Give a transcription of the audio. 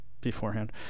beforehand